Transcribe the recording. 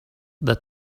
the